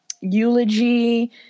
eulogy